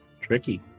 Tricky